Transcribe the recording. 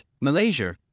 Malaysia